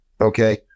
Okay